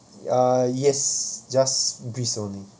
uh yes just greece only